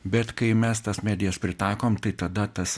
bet kai mes tas medijas pritaikom tai tada tas